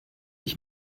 ich